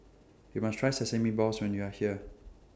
YOU must Try Sesame Balls when YOU Are here